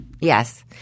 Yes